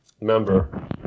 member